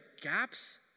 gaps